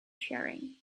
sharing